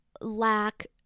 lack